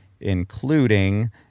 including